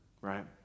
Right